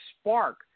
spark